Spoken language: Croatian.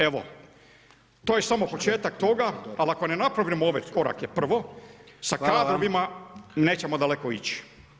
Evo, to je samo početak toga ali ako ne napravimo ove korake prvo sa kadrovima nećemo daleko ići.